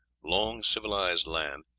long-civilized land,